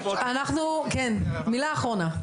כן, מילה אחרונה.